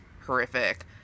horrific